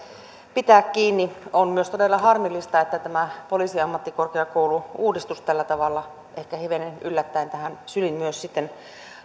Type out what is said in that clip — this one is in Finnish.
pitää kiinni on myös todella harmillista että tämä poliisiammattikorkeakoulu uudistus tällä tavalla ehkä hivenen yllättäen tähän syliin myös sitten